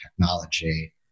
technology